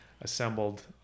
assembled